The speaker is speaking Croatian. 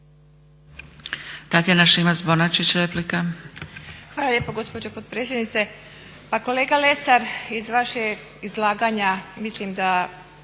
Tatjana (SDP)** Hvala lijepo gospođo potpredsjednice. Pa kolega Lesar, iz vašeg izlaganja mislim da